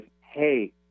hey